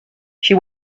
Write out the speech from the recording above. she